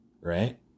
right